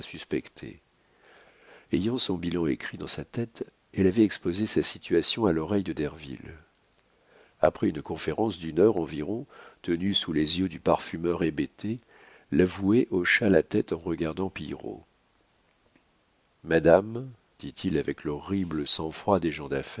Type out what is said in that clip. suspecter ayant son bilan écrit dans sa tête elle avait exposé sa situation à l'oreille de derville après une conférence d'une heure environ tenue sous les yeux du parfumeur hébété l'avoué hocha la tête en regardant pillerault madame dit-il avec l'horrible sang-froid des